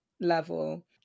level